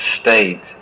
state